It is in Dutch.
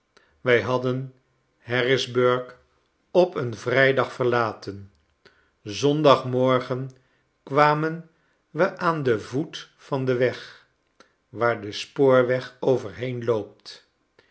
wij hadden harrisburgh op een vrijdag verlaten zondagmorgen kwamen we aan den voet van den weg waar despoorweg overheen loopt